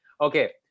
Okay